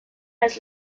las